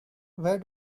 where